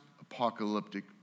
apocalyptic